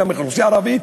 באוכלוסייה הערבית,